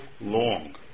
long